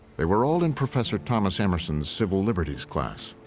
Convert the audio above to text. they were all in professor thomas emerson's civil liberties class.